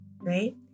right